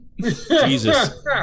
Jesus